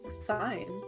sign